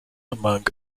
among